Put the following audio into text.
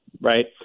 right